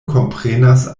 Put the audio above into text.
komprenas